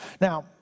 Now